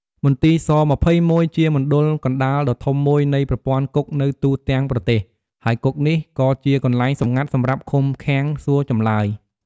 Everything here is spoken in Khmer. មន្ទីរស‑២១ ជាមណ្ឌលកណ្តាលដ៏ធំមួយនៃប្រព័ន្ធគុកនៅទូទាំងប្រទេស ហើយគុកនេះក៏ជាកន្លែងសម្ងាត់សម្រាប់ឃុំឃាំង សួរចម្លើយ។